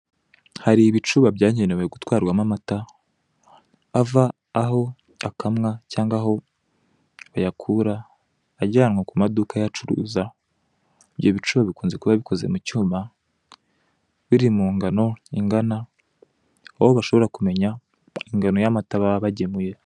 Hari ibicuba byagenewe gutwarwamo amata ava aho akamwa cyangwa aho bayakura, ajyanwa aho bakunda kuyacuruza. Ibyo bicuba bikunze kuba bikozwe mu cyuma, biri mu ngano ingana, aho bashobora kumenya ingano y'amata baba bagemuye.